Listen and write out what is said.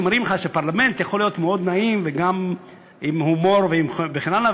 שמראות לך שפרלמנט יכול להיות מאוד נעים וגם עם הומור וכן הלאה.